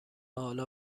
حالا